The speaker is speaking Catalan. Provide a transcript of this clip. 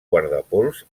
guardapols